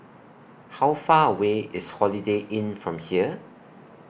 How Far away IS Holiday Inn from here